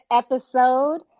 episode